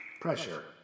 pressure